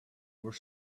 were